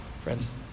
Friends